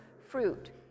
fruit